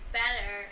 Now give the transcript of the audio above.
better